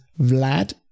Vlad